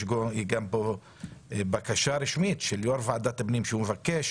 יש פה גם בקשה רשמית של יו"ר ועדת הפנים שמבקש